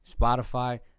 Spotify